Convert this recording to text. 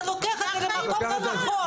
אתה לוקח את זה למקום לא נכון.